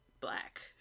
black